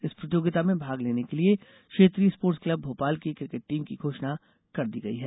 इस प्रतियोगिता में भाग लेने के लिये क्षेत्रीय स्पोर्टस क्लब भोपाल की क्रिकेट टीम की घोषणा कर दी गई है